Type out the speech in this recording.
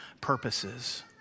purposes